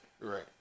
Right